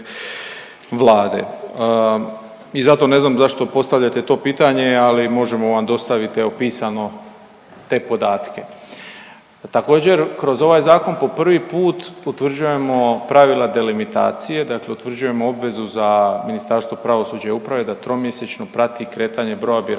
i zato ne znam zašto postavljate to pitanje, ali možemo vam dostaviti evo pisano te podatke. Također kroz ovaj zakon po prvi put utvrđujemo pravila delimitacije, dakle utvrđujemo obvezu za Ministarstvo pravosuđa i uprave da tromjesečno prati kretanje broja birača